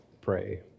pray